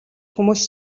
хүмүүс